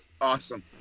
Awesome